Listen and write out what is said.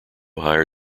higher